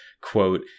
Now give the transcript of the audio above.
quote